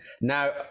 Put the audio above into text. now